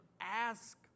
ask